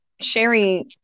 Sherry